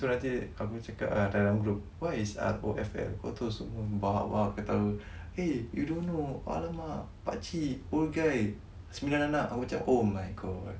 so nanti aku cakap ah dalam group what is R_O_F_L kau tahu semua bahak-bahak ketawa eh you don't know !alamak! pak cik old guy sembilan anak aku macam oh my god